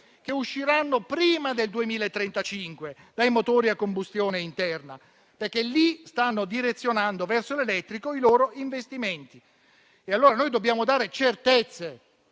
che usciranno prima del 2035 dai motori a combustione interna, stanno direzionando verso l'elettrico i loro investimenti. Dobbiamo allora dare certezze